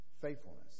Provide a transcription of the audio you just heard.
faithfulness